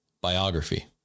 biography